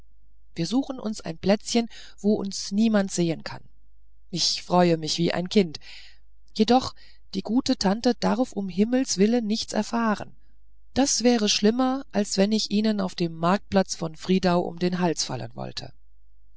wir suchen uns ein plätzchen wo uns niemand sehen kann ich freue mich wie ein kind jedoch die gute tante darf um himmels willen nichts erfahren das wäre schlimmer als wenn ich ihnen auf dem marktplatz von friedau um den hals fallen wollte